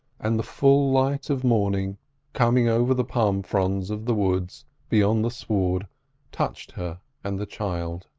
and the full light of morning coming over the palm fronds of the woods beyond the sward touched her and the child.